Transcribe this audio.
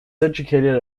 educated